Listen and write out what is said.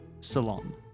salon